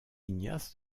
ignace